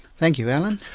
thank you, alan.